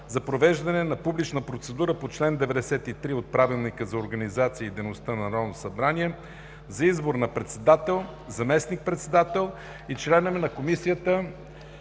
за провеждане на публична процедура по чл. 93 от Правилника за организацията и дейността на Народното събрание за избор на председател, заместник-председател и членове на Комисията